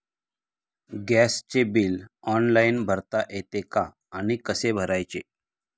गॅसचे bill online भरता येते का आणि कसे भरायचे?